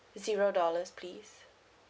zero dollars please